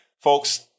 folks